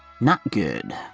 not good!